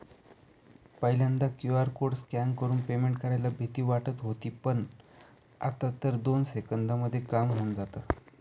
पहिल्यांदा QR code scan करून payment करायला भीती वाटत होती पण, आता तर दोन सेकंदांमध्ये काम होऊन जातं